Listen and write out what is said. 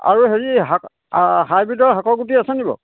আৰু হেৰি শাক হাইব্ৰ্ৰীডৰ শাকৰগুটি আছে নি বাৰু